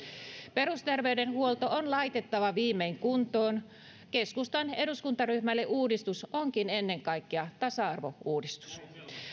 perusterveydenhuolto on laitettava viimein kuntoon keskustan eduskuntaryhmälle uudistus onkin ennen kaikkea tasa arvouudistus